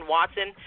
Watson